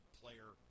player